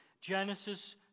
Genesis